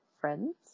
friends